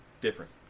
different